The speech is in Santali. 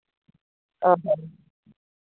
ᱚᱻ